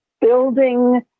building